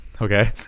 okay